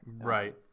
Right